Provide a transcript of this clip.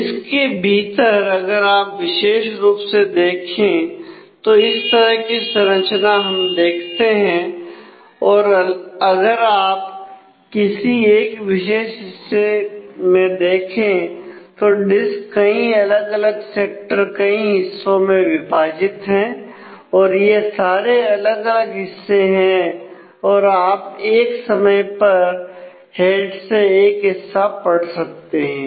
disc के भीतर अगर आप विशेष रूप से देखें तो इस तरह की संरचना हम देखते हैं और अगर आप किसी एक विशेष हिस्से में देखें तो डिस्क कई अलग अलग सेक्टर कई हिस्सों में विभाजित है यह सारे अलग अलग हिस्से हैं और आप एक समय पर हेड से एक ऐसा हिस्सा पढ़ सकते हैं